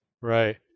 right